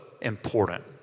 important